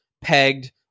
pegged